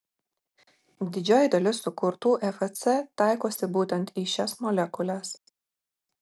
didžioji dalis sukurtų efc taikosi būtent į šias molekules